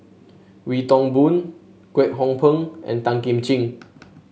Wee Toon Boon Kwek Hong Png and Tan Kim Ching